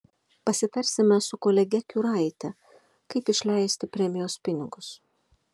pasitarsime su kolege kiuraite kaip išleisti premijos pinigus